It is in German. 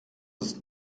ist